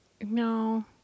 No